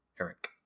Eric